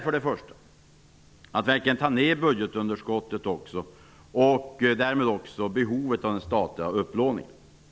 För det första måste budgetunderskottet verkligen tas ner och behovet av statlig upplåning därmed också minska.